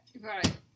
right